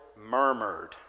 murmured